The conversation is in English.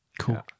Cool